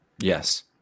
Yes